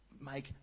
Make